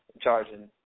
charging